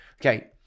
okay